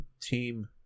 team